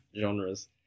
genres